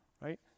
Right